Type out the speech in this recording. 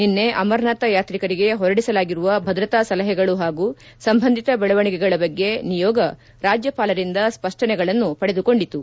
ನಿನ್ನೆ ಅಮರನಾಥ ಯಾತ್ರಿಕರಿಗೆ ಹೊರಡಿಸಲಾಗಿರುವ ಭದ್ರತಾ ಸಲಹೆಗಳು ಹಾಗೂ ಸಂಬಂಧಿತ ಬೆಳವಣಿಗೆಗಳ ಬಗ್ಗೆ ನಿಯೋಗ ರಾಜ್ಯಪಾಲರಿಂದ ಸ್ಪಷ್ಟನೆಗಳನ್ನು ಪಡೆದುಕೊಂಡಿತು